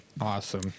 Awesome